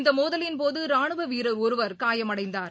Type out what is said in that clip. இந்தமோதலின்போதராணுவவீரர் ஒருவர் காயமடைந்தார்